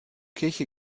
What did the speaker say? kirche